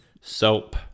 Soap